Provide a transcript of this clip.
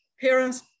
parents